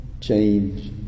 change